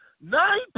Nine